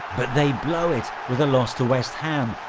but they blow it, with a loss to west ham.